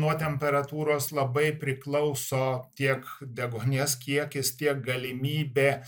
nuo temperatūros labai priklauso tiek deguonies kiekis tiek galimybė